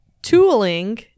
Tooling